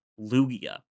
Lugia